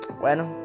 Bueno